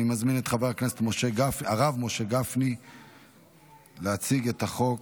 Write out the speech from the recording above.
אני מזמין את חבר הכנסת הרב משה גפני להציג את החוק.